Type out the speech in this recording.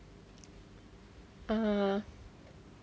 err